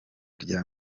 rya